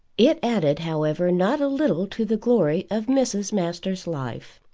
it added, however, not a little to the glory of mrs. masters' life.